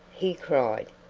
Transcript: he cried,